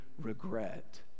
regret